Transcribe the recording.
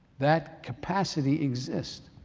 that capacity exists.